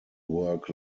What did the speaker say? work